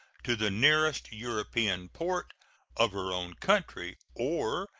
to the nearest european port of her own country, or,